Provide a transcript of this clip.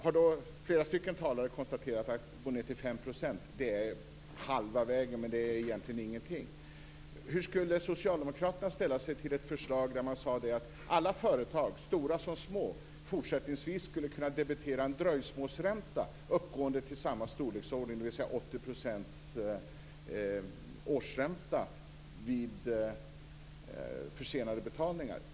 Vi är flera stycken talare som har konstaterat att det är halva vägen att gå ned till 5 %, men egentligen är det ingenting. Hur skulle socialdemokraterna ställa sig till ett förslag där man sade att alla företag, stora som små, fortsättningsvis skulle kunna debitera en dröjsmålsränta uppgående till samma storleksordning, dvs. 80 % årsränta, vid försenade betalningar?